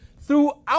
throughout